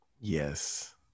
yes